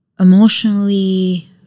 Emotionally